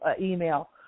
email